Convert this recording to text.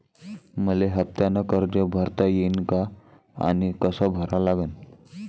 मले हफ्त्यानं कर्ज भरता येईन का आनी कस भरा लागन?